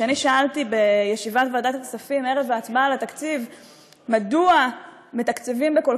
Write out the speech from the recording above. כששאלתי בישיבת ועדת הכספים ערב ההצבעה על התקציב מדוע מתקצבים בכל